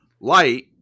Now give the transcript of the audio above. light